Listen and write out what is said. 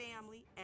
family